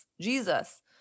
Jesus